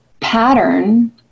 Pattern